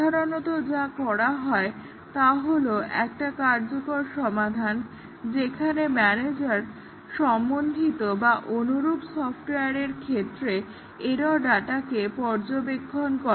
সাধারণত যা করা হয় তা হলো একটা কার্যকর সমাধান যেখানে ম্যানেজার সমন্ধিত বা অনুরূপ সফটওয়্যারের ক্ষেত্রে এরর্ ডাটাকে পর্যবেক্ষন করে